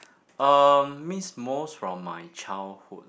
um miss most from my childhood